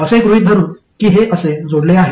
असे गृहित धरू कि हे असे जोडले आहे